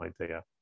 idea